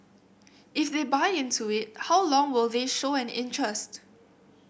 if they buy into it how long will they show an interest